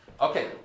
Okay